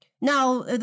Now